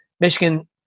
Michigan